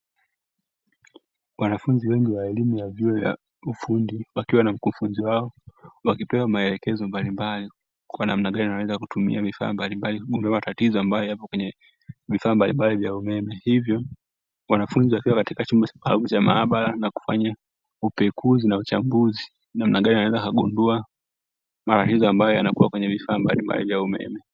Wanafunzi wengi wa vyuo vya elimu ya ufundi wakiwa na mkufunzi wao wakipewa maelekezo mbalimbali kwa namna gani wanaweza kutumia vifaa mbalimbali kugundua matatizo ambayo yapo kwenye vifaa mbalimbali vya umeme, hivyo wanafunzi wakiwa katika chumba maalumu cha maabara na kufanya upekuzi na uchambuzi namna gani wanaweza wakagundua matatizo ambayo yanayokuwa kwenye vifaa mbalimbali vya umeme.